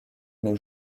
nos